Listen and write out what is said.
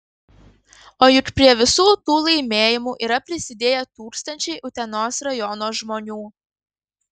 o juk prie visų tų laimėjimų yra prisidėję tūkstančiai utenos rajono žmonių